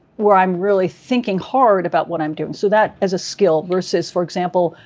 where i'm really thinking hard about what i'm doing. so that as a skill versus, for example,